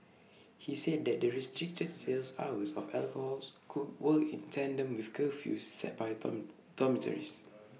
he said that the restricted sales hours of alcohols could work in tandem with curfews set by done dormitories